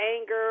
anger